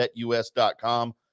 BetUS.com